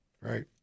right